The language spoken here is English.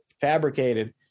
fabricated